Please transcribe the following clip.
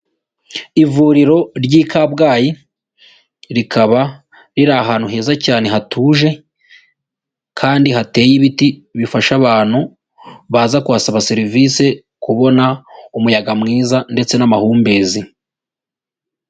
Ivuriro ry'i Kabgayi, rikaba riri ahantu heza cyane hatuje kandi hateye ibiti bifasha abantu baza kuhasaba serivisi, kubona umuyaga mwiza ndetse n'amahumbezi.